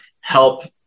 help